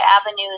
avenues